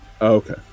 Okay